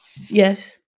Yes